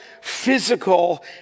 physical